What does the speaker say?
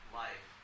life